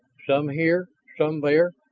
some here, some there,